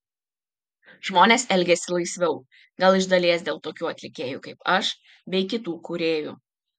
žmonės elgiasi laisviau gal iš dalies dėl tokių atlikėjų kaip aš bei kitų kūrėjų